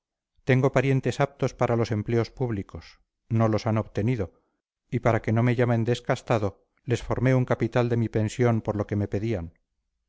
tengo parientes aptos para los empleos públicos no los han obtenido y para que no me llamen descastado les formé un capital de mi pensión por lo que me pedían